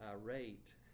irate